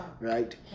Right